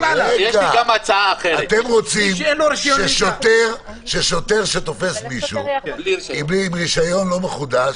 אתם רוצים ששוטר שתופס מישהו עם רישיון לא מחודש,